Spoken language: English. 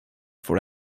for